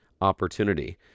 opportunity